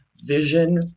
vision